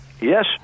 Yes